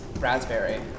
Raspberry